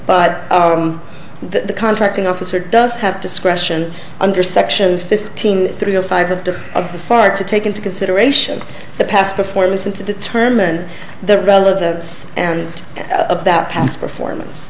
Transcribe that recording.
but the contracting officer does have discretion under section fifteen three of five of the fire to take into consideration the past performance and to determine their relevance and of that past performance